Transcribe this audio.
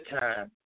time